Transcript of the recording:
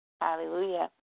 Hallelujah